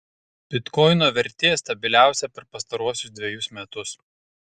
bitkoino vertė stabiliausia per pastaruosius dvejus metus